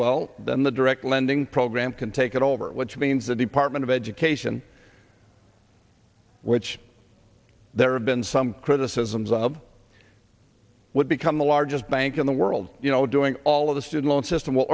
well then the direct lending program can take it over which means the department of education which there have been some criticisms of would become the largest bank in the world you know doing all of the student loan system will